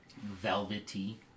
velvety